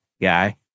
guy